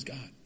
God